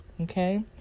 okay